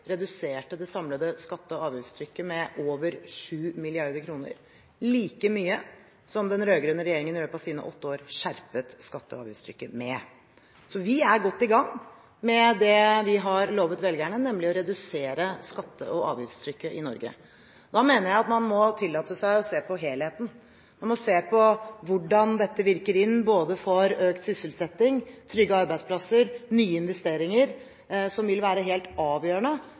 reduserte det samlede skatte- og avgiftstrykket med over 7 mrd. kr, like mye som den rød-grønne regjeringen i løpet av sine åtte år skjerpet skatte- og avgiftstrykket med. Så vi er godt i gang med det vi lovet velgerne, nemlig å redusere skatte- og avgiftstrykket i Norge. Jeg mener at man må tillate seg å se på helheten. Man må se på hvordan dette innvirker på både økt sysselsetting, trygge arbeidsplasser og nye investeringer, som vil være helt avgjørende